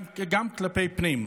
גם כלפי פנים.